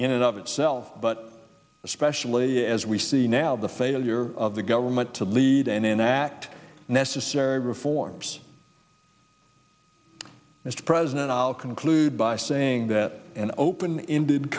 in and of itself but especially as we see now the failure of the government to lead and enact necessary reforms mr president i'll conclude by saying that an open ended